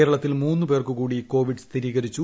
കേരളത്തിൽ മൂന്നു പേർക്ക് കൂടി കോവിഡ് സ്ഥിരീകരിച്ചു